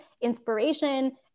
inspiration